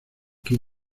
key